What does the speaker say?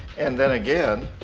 and then again,